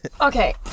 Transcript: Okay